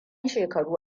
shekaru